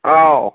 ꯑꯥꯎ